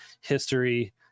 history